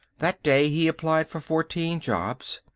that day he applied for fourteen jobs.